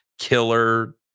killer